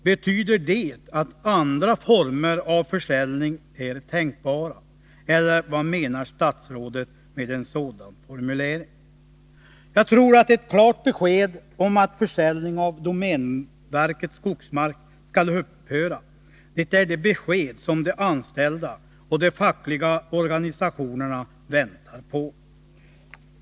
Betyder det att andra former av försäljning är tänkbara, eller vad menar statsrådet med en sådan formulering? Jag tror att ett klart besked om att försäljning av domänverkets skogsmark skall upphöra är det som de anställda och de fackliga organisationerna väntar på.